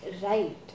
right